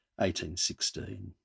1816